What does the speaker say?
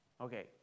Okay